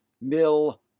Mill